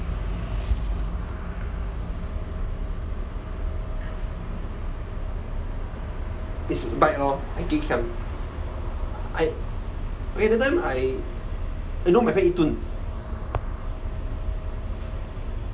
it's bike lor I geikiang I okay that time I you know my friend yi dun